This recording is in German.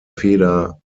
feder